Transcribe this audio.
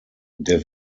der